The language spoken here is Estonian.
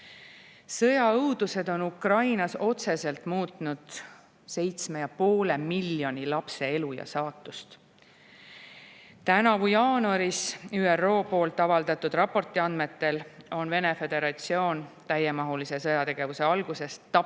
karistatud. Sõjaõudused on Ukrainas otseselt muutnud 7,5 miljoni lapse elu ja saatust. Tänavu jaanuaris ÜRO avaldatud raporti andmetel on Vene föderatsioon täiemahulise sõjategevuse algusest tapnud